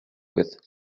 with